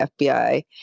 FBI